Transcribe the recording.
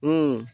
ହୁଁ